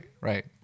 Right